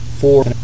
four